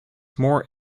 more